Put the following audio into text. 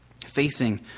facing